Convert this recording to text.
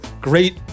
great